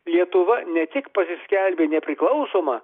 lietuva ne tik pasiskelbė nepriklausoma